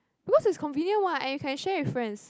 because it's convenient what and you can share with friends